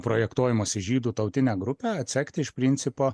projektuojamos į žydų tautinę grupę atsekti iš principo